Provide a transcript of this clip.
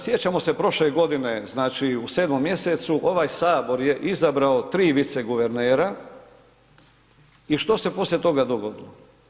Sjećamo se prošle godine, znači u 7. mjesecu ovaj Sabor je izabrao 3 viceguvernera i što se poslije toga dogodilo?